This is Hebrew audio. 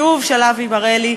שוב של אבי בר-אלי,